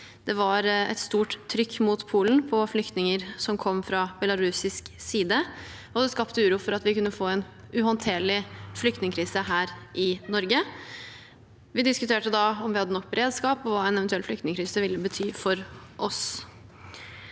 det var et stort trykk mot Polen av flyktninger som kom fra belarusisk side. Det skapte uro for at vi kunne få en uhåndterlig flyktningkrise her i Norge. Vi diskuterte da om vi hadde nok beredskap, og hva en eventuell flyktningkrise ville bety for oss.